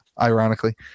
Ironically